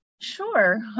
Sure